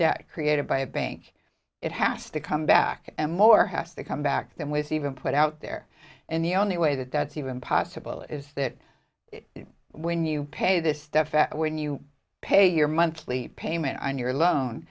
debt created by a bank it has to come back and more has to come back than was even put out there and the only way that that's even possible is that when you pay this debt when you pay your monthly payment on your lo